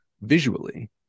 visually